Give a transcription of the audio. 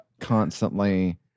constantly